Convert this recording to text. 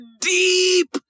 deep